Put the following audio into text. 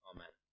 Amen